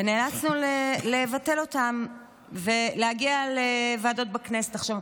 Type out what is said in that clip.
ונאלצנו לבטל אותן ולהגיע לוועדות בכנסת.